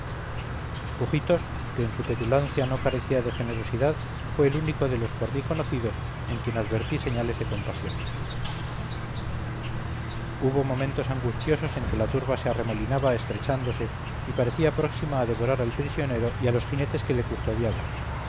pujitos que en su petulancia no carecía de generosidad fue el único de los por mí conocidos en quien advertí señales de compasión hubo momentos angustiosos en que la turba se arremolinaba estrechándose y parecía próxima a devorar al prisionero y a los jinetes que le custodiaban